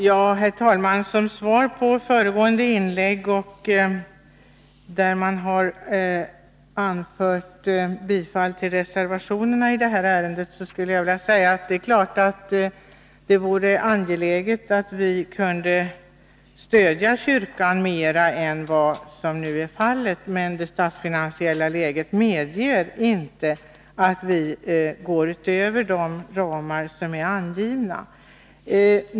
Herr talman! Som svar på föregående inlägg, där man har yrkat bifall till reservationerna i det här ärendet, skulle jag vilja säga att det är klart att det vore angeläget att vi kunde stödja kyrkan mera än vad som nu är fallet, men det statsfinansiella läget medger inte att vi går utöver de ramar som är angivna.